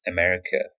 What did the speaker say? America